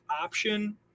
option